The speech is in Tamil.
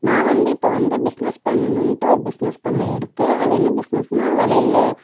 நான் வந்து இப்போ வந்து பிஸ்னஸ் பண்ணணும்ட்டு ஒரு பிஸ்னஸ் பண்ணேன் எடுத்து அது என்ன பிஸ்னஸ்னால் வளையல்